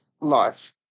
life